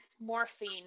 morphine